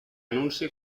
anunci